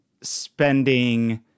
spending